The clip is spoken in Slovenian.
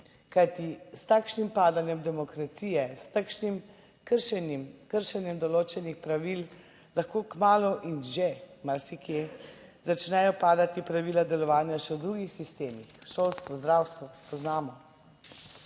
kajti s takšnim padanjem demokracije, s takšnim kršenjem, kršenjem določenih pravil lahko kmalu in že marsikje začnejo padati pravila delovanja še v drugih sistemih, v šolstvu, zdravstvu, poznamo.